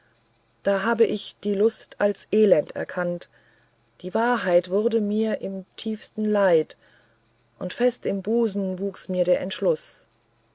da habe ich die lust als elend erkannt die wahrheit wurde mir im tiefen leid und fest im busen wuchs mir der entschluß